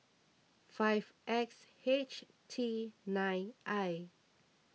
five X H T nine I